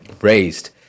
raised